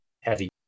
heavy